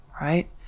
right